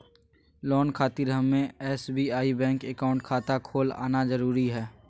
Loan खातिर हमें SBI bank account खाता खोल आना जरूरी है?